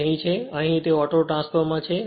તે અહીં છે અહીં તે ઓટો ટ્રાન્સફોર્મર છે